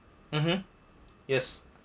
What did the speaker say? mmhmm yes